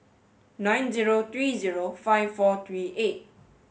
nine zero three zero five four three eight